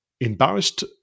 Embarrassed